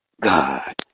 God